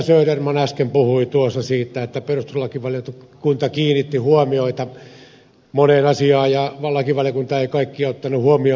söderman äsken puhui tuossa siitä että perustuslakivaliokunta kiinnitti huomiota moneen asiaan ja vallankin että valiokunta ei kaikkia ottanut huomioon